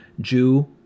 Jew